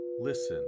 listen